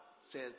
says